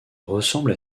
ressemble